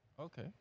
Okay